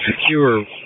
secure